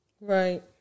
Right